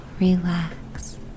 relax